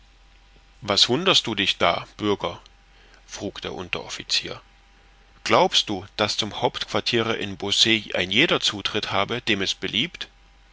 was wunderst du dich da bürger frug der unteroffizier glaubst du daß zum hauptquartiere in beausset ein jeder zutritt habe dem es beliebt